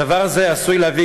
הדבר הזה עשוי להביא,